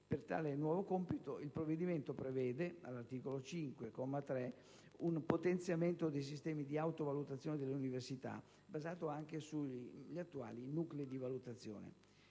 Per tale nuovo compito, il provvedimento prevede, all'articolo 5, comma 3, lettera *e)*), un potenziamento dei sistemi di autovalutazione delle università, basato anche sugli attuali nuclei di valutazione.